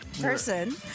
person